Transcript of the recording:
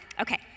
okay